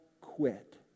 quit